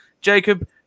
Jacob